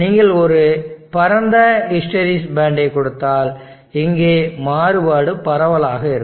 நீங்கள் ஒரு பரந்த ஹிஸ்டெரெசிஸ் பேண்ட்டைக் கொடுத்தால் இங்கே மாறுபாடு பரவலாக இருக்கும்